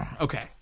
Okay